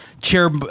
chair